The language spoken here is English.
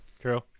True